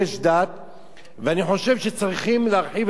ואני חושב שצריכים להרחיב את זה לפי הצעת